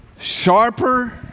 sharper